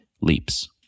leaps